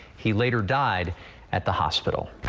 he later died at the hospital.